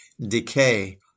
decay